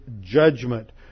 judgment